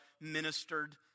ministered